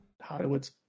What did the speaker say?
Hollywood's